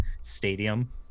stadium